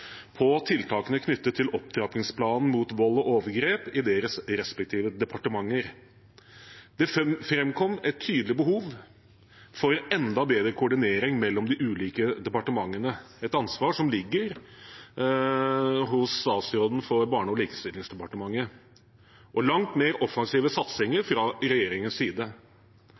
tiltakene knyttet til opptrappingsplanen mot vold og overgrep i sine respektive departementer. Det framkom et tydelig behov for enda bedre koordinering mellom de ulike departementene, et ansvar som ligger hos statsråden for Barne- og likestillingsdepartementet, og langt mer offensive satsinger fra regjeringens side.